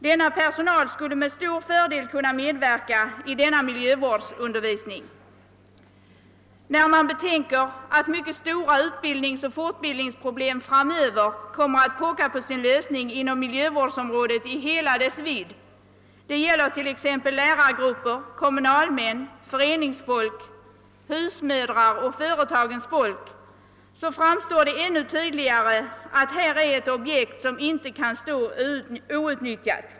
Denna personal skulle med stor fördel kunna medverka i miljövårdsundervisningen. När man betänker att mycket stora utbildningsoch fortbildningsproblem framöver kommer att pocka på sin lösning inom miljövårdsområdet i hela dess vidd — det gäller t.ex. lärargrupper, kommunalmän, föreningsfolk, husmödrar och företagens folk — framstår det ännu tydligare att detta är ett objekt, som inte kan stå outnyttjat.